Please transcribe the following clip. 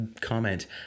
comment